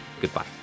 Goodbye